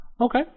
Okay